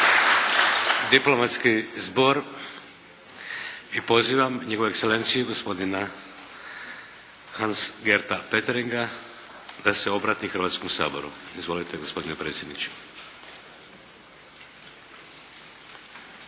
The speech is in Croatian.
diplomatski zbor i pozivam Njegovu Ekselenciju gospodina Hans-Gerta Pötteringa da se obrati Hrvatskom saboru. Izvolite gospodine predsjedniče!